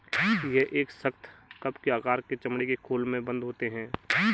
यह एक सख्त, कप के आकार के चमड़े के खोल में बन्द होते हैं